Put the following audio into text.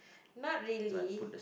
not really